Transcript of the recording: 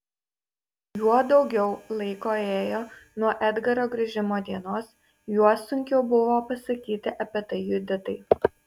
juo daugiau laiko ėjo nuo edgaro grįžimo dienos juo sunkiau buvo pasakyti apie tai juditai